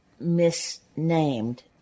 misnamed